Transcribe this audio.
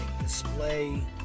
display